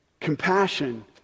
compassion